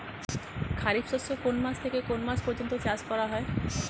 খারিফ শস্য কোন মাস থেকে কোন মাস পর্যন্ত চাষ করা হয়?